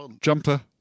Jumper